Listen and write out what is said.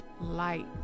light